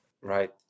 Right